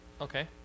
Okay